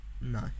no